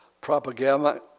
propaganda